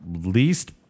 least